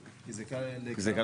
דהיינו הסכום וזהות התורם - אז הכל